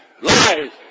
lies